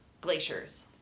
glaciers